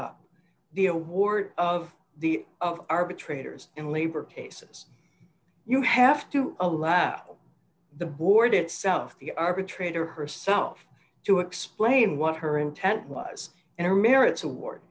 up the award of the of arbitrators in labor cases you have to allow the board itself the arbitrator herself to explain what her intent was and her merits award